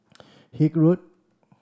Haig Road